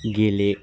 गेले